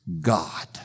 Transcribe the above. God